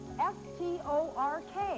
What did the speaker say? S-T-O-R-K